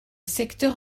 secteur